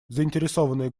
заинтересованные